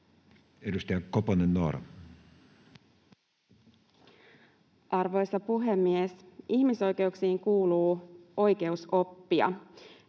Edustaja Koponen, Noora. Arvoisa puhemies! Ihmisoikeuksiin kuuluu oikeus oppia.